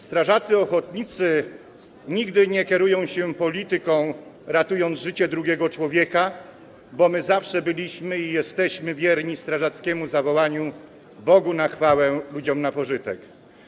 Strażacy ochotnicy nigdy nie kierują się polityką, ratując życie drugiego człowieka, bo my zawsze byliśmy i jesteśmy wierni strażackiemu zawołaniu: Bogu na chwałę, ludziom na pożytek.